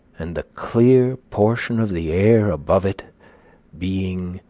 and the clear portion of the air above it being,